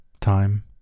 time